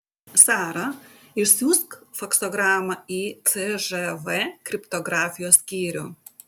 sara išsiųsk faksogramą į cžv kriptografijos skyrių